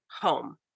home